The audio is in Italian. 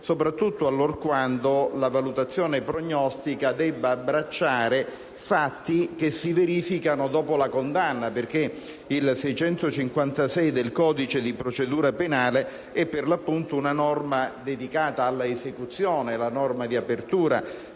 soprattutto allorquando la valutazione prognostica debba abbracciare fatti che si verificano dopo la condanna. L'articolo 656 del codice di procedura penale è, per l'appunto, una norma dedicata alla esecuzione, la norma di apertura